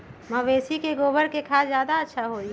मवेसी के गोबर के खाद ज्यादा अच्छा होई?